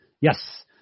Yes